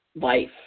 life